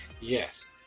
Yes